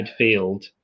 midfield